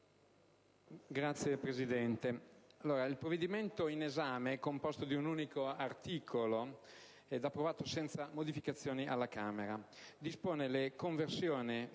il provvedimento in esame, composto di un unico articolo ed approvato senza modificazioni alla Camera, dispone la conversione